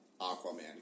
Aquaman